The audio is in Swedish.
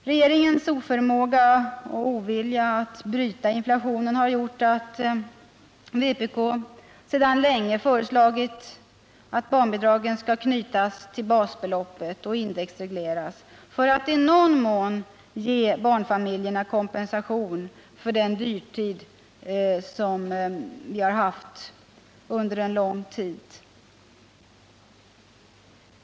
Regeringens oförmåga och ovilja att bryta inflationen har gjort att vpk sedan länge föreslagit att barnbidragen skall knytas till basbeloppet och indexregleras för att i någon mån ge barnfamiljerna kompensation för den dyrtid som vi länge haft.